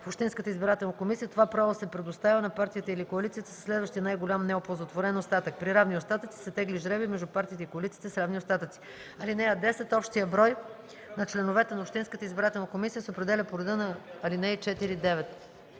в общинската избирателна комисия, това право се предоставя на партията или коалицията със следващия най-голям неоползотворен остатък. При равни остатъци се тегли жребий между партиите и коалициите с равни остатъци. (10) Общият брой на членовете на общинската избирателна комисия се определя по реда на ал. 4-9.”